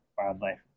wildlife